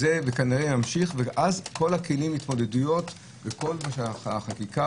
זה כנראה ימשיך ואז כל הכלים וכל החקיקה